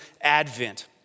Advent